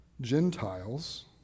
Gentiles